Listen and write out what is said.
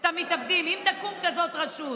את מספר המתאבדים, אם תקום כזאת רשות.